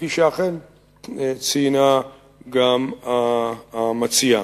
כפי שציינה גם המציעה.